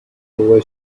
boy